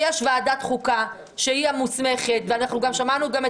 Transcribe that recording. יש ועדת חוקה שהיא המוסמכת ואנחנו גם שמענו את